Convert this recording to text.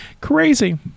crazy